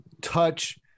touch